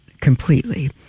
completely